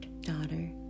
daughter